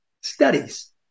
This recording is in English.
Studies